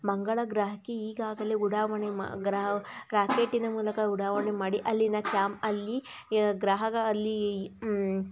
ಮಂಗಳ ಗ್ರಹಕ್ಕೆ ಈಗಾಗಲೇ ಉಡಾವಣೆ ಮಾ ಗ್ರಹ ರಾಕೇಟಿನ ಮೂಲಕ ಉಡಾವಣೆ ಮಾಡಿ ಅಲ್ಲಿನ ಕ್ಯಾಮ್ ಅಲ್ಲಿ ಗ್ರಹಗಳಲ್ಲಿ